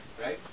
right